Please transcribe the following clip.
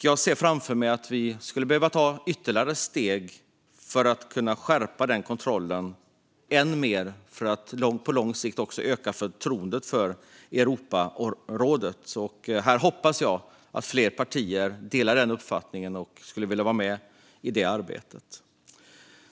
Jag ser framför mig att vi skulle behöva ta ytterligare steg för att skärpa kontrollen än mer för att på lång sikt också öka förtroendet för Europarådet. Här hoppas jag att fler partier delar den uppfattningen och skulle vilja vara med i det arbetet.